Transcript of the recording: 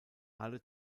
alle